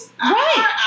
Right